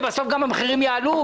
ובסוף גם המחירים יעלו,